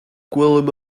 gwelem